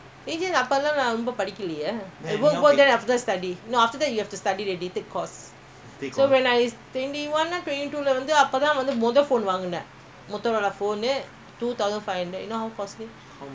you know how costly my parents didn't give me money one I work agent lah ஒருவீட்டைவித்தா:oru veetai vithaa one thousand plus two thousand அப்பஆரம்பம்நான்மொதமொதவீடுவித்ததே:apa aarambam naan motha motha veedu vithathae